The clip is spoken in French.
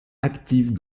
actifs